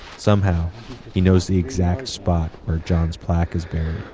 somehow he knows the exact spot where john's plaque is buried.